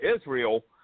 Israel